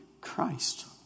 Christ